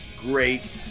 great